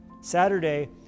Saturday